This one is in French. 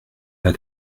pas